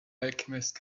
alchemist